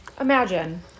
Imagine